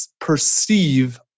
perceive